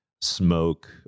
smoke